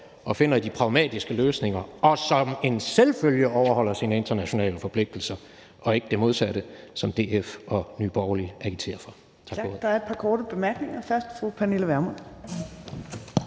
og finder de pragmatiske løsninger og som en selvfølge overholder sine internationale forpligtelser og ikke det modsatte, som DF og Nye Borgerlige agiterer for. Tak for ordet. Kl. 14:41 Tredje næstformand